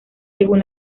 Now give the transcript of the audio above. según